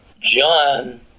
John